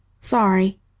Sorry